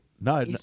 No